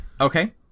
Okay